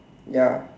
ya